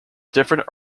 different